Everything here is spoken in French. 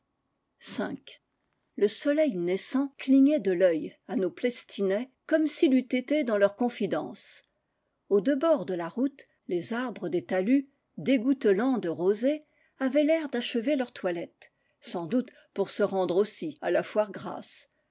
le soleil naissant clignait de l'œil à nos plestinais comme s'il eût été dans leur confidence aux deux bords de la route les arbres des talus dégouttelants de rosée avaient l'air d'achever leur toilette sans doute pour se rendre aussi à la foire grasse